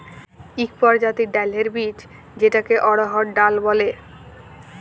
ইক পরজাতির ডাইলের বীজ যেটাকে অড়হর ডাল ব্যলে